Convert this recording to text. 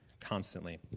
Constantly